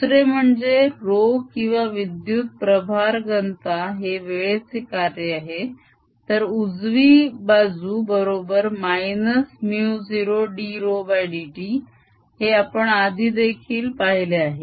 दुसरे म्हणजे ρ किंवा विद्युत प्रभार घनता हे वेळेचे कार्य आहे तर उजवी बाजू बरोबर -μ0dρdt हे आपण आधी देखील पाहिले आहे